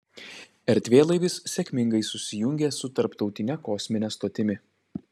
erdvėlaivis sėkmingai susijungė su tarptautine kosmine stotimi